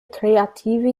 kreative